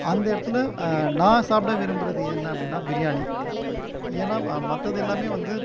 அந்த இடத்தில் நான் சாப்பிட விரும்புகிறது என்ன அப்படின்னால் பிரியாணி ஏன்னால் மற்றது எல்லாமே வந்து